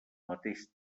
mateix